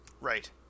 Right